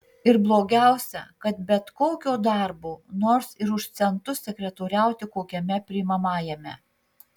ir blogiausia kad bet kokio darbo nors ir už centus sekretoriauti kokiame priimamajame